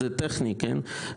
זה טכני, כן?